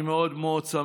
אני מאוד מאוד שמח,